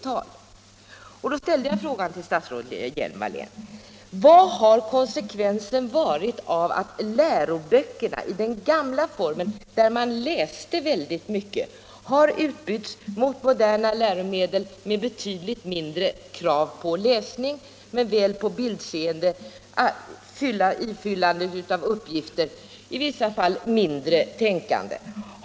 Mot bakgrund härav ställde jag frågan till statsrådet Hjelm-Wallén: Vad har konsekvensen varit av att läroböckerna i den gamla formen, där man hade mycket att läsa, har utbytts mot moderna läromedel med betydligt mindre krav på läsning men väl krav på bildseende, ifyllande av uppgifter, i vissa fall mindre tänkande?